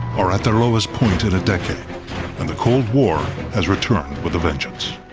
are at their lowest point in a decade and the cold war has returned with a vengeance.